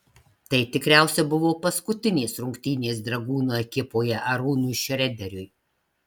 tai tikriausiai buvo paskutinės rungtynės dragūno ekipoje arūnui šrederiui